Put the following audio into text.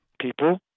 people